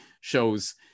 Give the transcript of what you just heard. shows